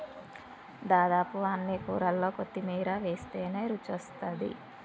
దాదాపు అన్ని కూరల్లో కొత్తిమీర వేస్టనే రుచొస్తాది